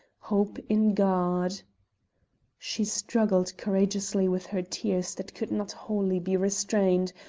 hope in god she struggled courageously with her tears that could not wholly be restrained,